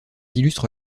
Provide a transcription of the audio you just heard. illustre